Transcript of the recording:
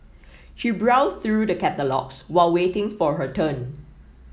she browsed through the catalogues while waiting for her turn